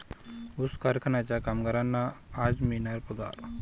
ऊस कारखान्याच्या कामगारांना आज मिळणार पगार